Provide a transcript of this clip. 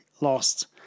lost